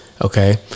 okay